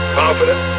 confident